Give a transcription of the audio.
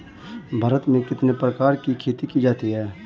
भारत में कितने प्रकार की खेती की जाती हैं?